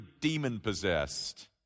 demon-possessed